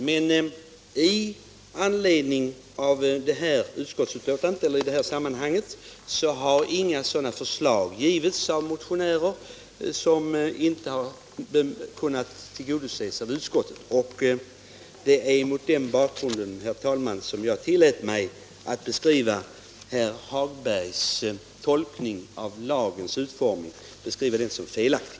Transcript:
Men i detta sammanhang har från motionärerna inte kommit några förslag, som inte kunnat tillgodoses av utskottet. Det är mot den bakgrunden, herr talman, som jag tillät mig att beskriva herr Hagbergs tolkning av lagens utformning som felaktig.